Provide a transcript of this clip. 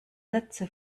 sätze